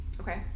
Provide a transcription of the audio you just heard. Okay